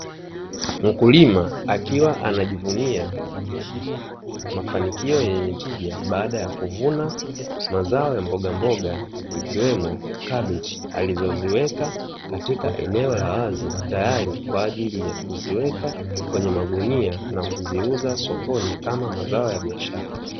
Mkulima akiwa anajivunia mafanikio yenye tija baada ya kuvuna mazao ya mbogamboga ikiwemo kabichi, alizoziweka katika eneo la wazi tayari kwaajili ya kuziweka kwenye magunia na kuziuza sokoni kama mazao ya biashara.